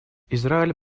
израиль